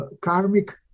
karmic